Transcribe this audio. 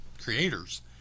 creators